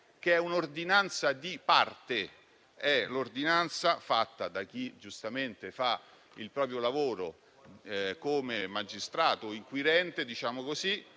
che è un'ordinanza di parte. È l'ordinanza emessa da chi giustamente fa il proprio lavoro come magistrato inquirente, ma non